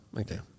okay